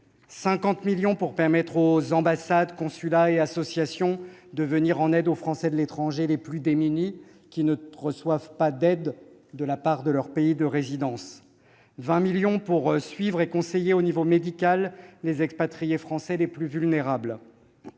50 millions d'euros pour permettre aux ambassades, consulats et associations de venir en aide aux Français de l'étranger les plus démunis, qui ne reçoivent pas d'aide de la part de leur pays de résidence ; 20 millions d'euros pour suivre et conseiller au niveau médical les expatriés français les plus vulnérables